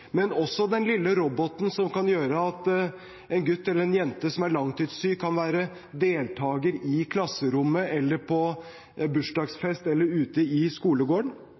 også gjennom den lille roboten, som kan gjøre at en gutt eller en jente som er langtidssyk, kan være deltaker i klasserommet, på bursdagsfest eller ute i skolegården.